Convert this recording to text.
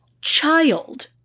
child